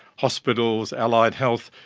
hospitals, allied health,